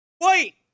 Wait